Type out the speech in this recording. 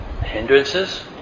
hindrances